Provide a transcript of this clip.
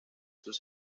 sus